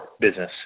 business